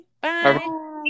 Bye